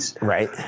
Right